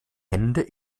hände